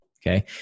okay